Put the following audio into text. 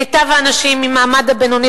מיטב האנשים מהמעמד הבינוני,